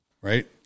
Right